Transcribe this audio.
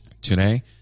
Today